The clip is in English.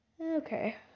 okay